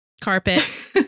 carpet